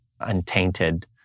untainted